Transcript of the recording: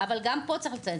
אבל גם פה צריך לציין,